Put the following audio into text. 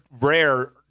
rare